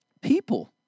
people